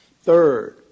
Third